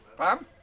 pam